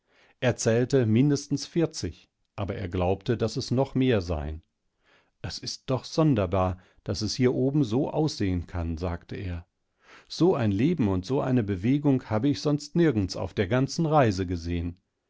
zählte mindestens vierzig aber er glaubte daß es noch mehr seien es ist doch sonderbar daß es hier obensoaussehenkann sagteer soeinlebenundsoeinebewegunghabe ich sonst nirgends auf der ganzen reise gesehen